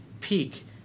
peak